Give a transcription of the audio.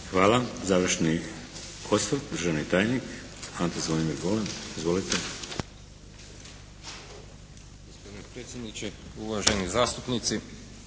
Hvala. Završni osvrt, državni tajnik Ante Zvonimir Golem. Izvolite.